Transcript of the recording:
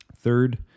Third